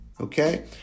Okay